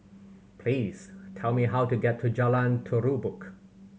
please tell me how to get to Jalan Terubok